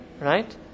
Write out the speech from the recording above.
right